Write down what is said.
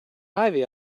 ivy